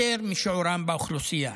יותר משיעורם באוכלוסייה.